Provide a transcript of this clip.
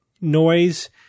noise